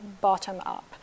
bottom-up